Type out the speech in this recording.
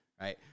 right